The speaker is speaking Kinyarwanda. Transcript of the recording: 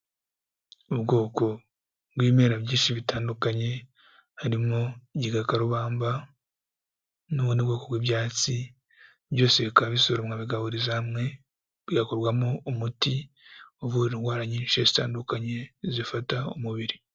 Ubwoko bw'ibimera byinshi bitandukanye, harimo igikakarubamba n'ubundi bwoko bw'ibyatsi, byose bikaba bisoromwa, bigahuriza hamwe, bigakorwamo umuti uvura indwara nyinshi zitandukanye zifata umubiri.